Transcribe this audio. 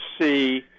see –